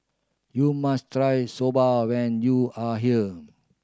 you must try Soba when you are here